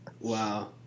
Wow